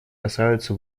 касаются